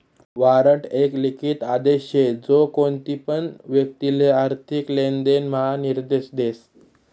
warrant एक लिखित आदेश शे जो कोणतीपण व्यक्तिले आर्थिक लेनदेण म्हा निर्देश देस